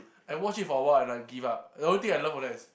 I watch it for a while and I give up the only thing I love from that is